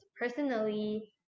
personally